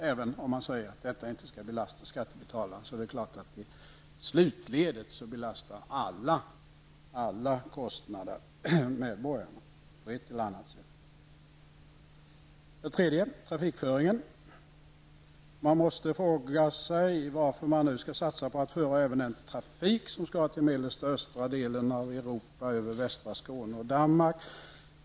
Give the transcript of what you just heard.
Även om man säger att detta inte skall belasta skattebetalarna, är det klart att i slutledet belastar alla kostnader på ett eller annat sätt medborgarna. När det gäller trafikföreningen måste man fråga sig varför man nu skall satsa på att föra även den trafik som skall till mellersta och östra delen av Europa över västra Skåne och Danmark.